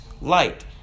light